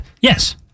Yes